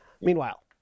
Meanwhile